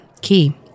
key